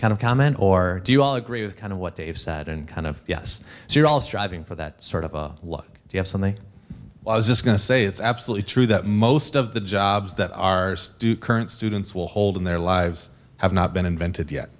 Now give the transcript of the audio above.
kind of comment or do you all agree with kind of what dave said and kind of yes you're all striving for that sort of a look do you have something i was just going to say it's absolutely true that most of the jobs that are do current students will hold in their lives have not been invented yet